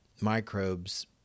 microbes